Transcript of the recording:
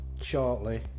shortly